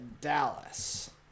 Dallas